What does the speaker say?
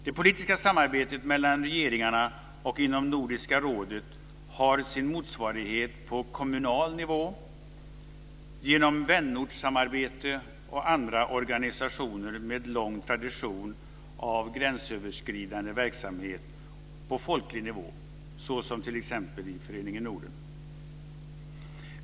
Det politiska samarbetet mellan regeringarna och inom Nordiska rådet har sin motsvarighet på kommunal nivå genom vänortssamarbete och andra organisationer med lång tradition av gränsöverskridande verksamhet på folklig nivå, t.ex. i Föreningen Norden.